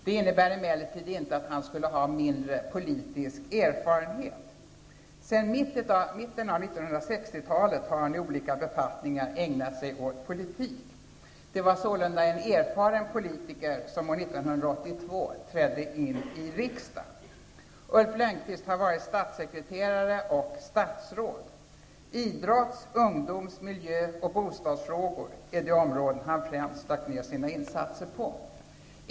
Det innebär emellertid inte att han skulle ha mindre politisk erfarenhet. Sedan mitten av 1960-talet har han i olika befattningar ägnat sig åt politik. Det var sålunda en erfaren politiker som år 1982 trädde in i riksdagen. Ulf Lönnqvist har varit statssekreterare och statsråd. Idrotts-, ungdoms-, miljö och bostadsfrågor är de områden han främst har lagt ned sina insatser på.